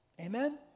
Amen